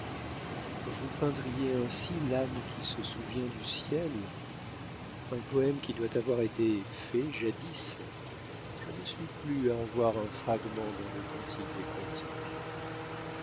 vous peindriez ainsi l'âme qui se souvient du ciel dit l'évêque un poème qui doit avoir été fait jadis je me suis plu à en voir un fragment dans le cantique des cantiques